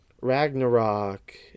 ragnarok